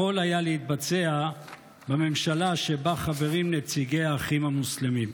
היה להתבצע בממשלה שבה חברים נציגי האחים המוסלמים.